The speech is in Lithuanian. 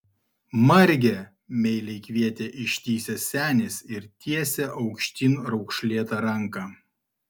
marge meiliai kvietė ištįsęs senis ir tiesė aukštyn raukšlėtą ranką